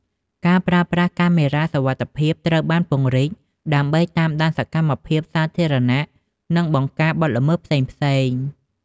ការប្រើប្រាស់ កាមេរ៉ាសុវត្ថិភាពត្រូវបានពង្រីកដើម្បីតាមដានសកម្មភាពសាធារណៈ និងបង្ការបទល្មើសផ្សេងៗ។